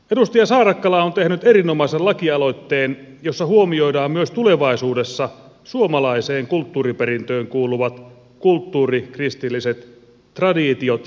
edustaja saarakkala on tehnyt erinomaisen lakialoitteen jossa huomioidaan myös tulevaisuudessa suomalaiseen kulttuuriperintöön kuuluvat kulttuurikristilliset traditiot ja perinteet